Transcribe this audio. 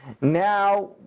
Now